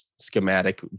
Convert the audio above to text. schematic